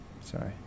sorry